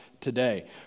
today